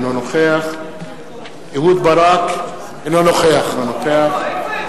אינו נוכח אהוד ברק, אינו נוכח